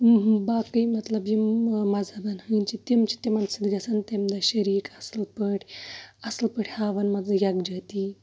باقٕے مطلب یِم مَزہبَن ہٕندۍ چھِ تِم چھِ تِمن سۭتۍ گژھان تمہِ دۄہ شریٖک اَصٕل پٲٹھۍ اَصٕل پٲٹھۍ ہاوان مطلب یَکجیٲتی